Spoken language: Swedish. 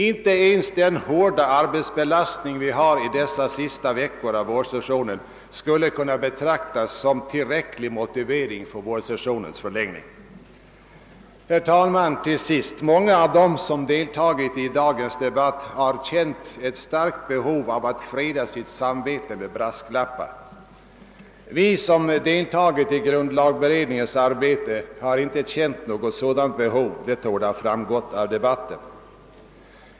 Inte ens den hårda arbetsbelastning vi har under dessa sista veckor av vårsessionen skulle kunna betraktas som tillräcklig motivering för vårsessionens förlängning. Herr talman! Många av dem som yttrat sig i dagens debatt har känt ett starkt behov av att freda sitt samvete med brasklappar. Vi som har deltagit i grundlagberedningens arbete har inte känt något sådant behov; det torde ha framgått av debatten.